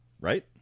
right